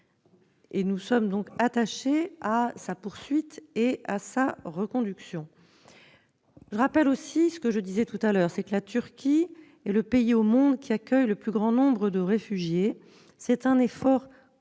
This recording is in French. ; nous sommes donc attachés à sa poursuite et à sa reconduction. Je rappelle aussi ce que je disais tout à l'heure : la Turquie est le pays au monde qui accueille le plus grand nombre de réfugiés. C'est un effort colossal,